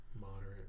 Moderate